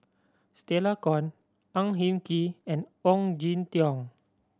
Stella Kon Ang Hin Kee and Ong Jin Teong